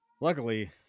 Luckily